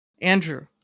Andrew